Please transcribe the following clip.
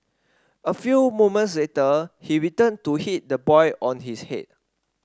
a few moments later he returned to hit the boy on his head